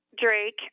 Drake